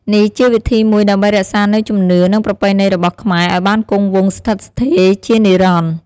នេះជាវិធីមួយដើម្បីរក្សានូវជំនឿ និងប្រពៃណីរបស់ខ្មែរឱ្យបានគង់វង្សស្ថិតស្ថេរជានិរន្តរ៍។